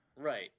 Right